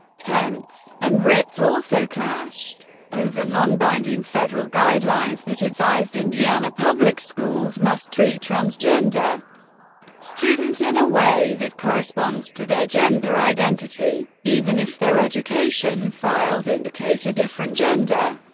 pence and ritz also clashed over non-binding federal guidelines that advised indiana public schools must treat transgender students in a way that corresponds to their gender identity, even if their education files indicate a different gender.